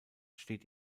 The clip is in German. steht